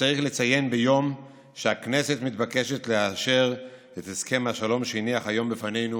שצריך לציין ביום שהכנסת מתבקשת לאשר את הסכם השלום שהניח היום בפנינו